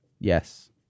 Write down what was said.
Yes